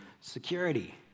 security